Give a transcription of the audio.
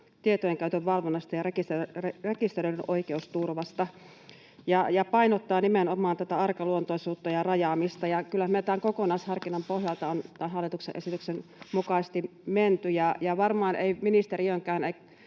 tietojen käytön valvonnasta ja rekisteröidyn oikeusturvasta, ja painottaa nimenomaan tätä arkaluontoisuutta ja rajaamista. Kyllä me tämän kokonaisharkinnan pohjalta olemme tämän hallituksen esityksen mukaisesti menneet, ja varmaan ei ministeriönkään